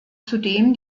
zudem